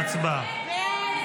הצבעה.